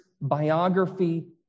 biography